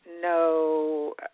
no